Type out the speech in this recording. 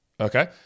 Okay